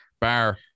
bar